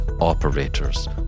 operators